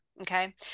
okay